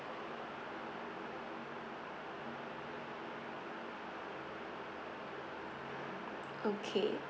okay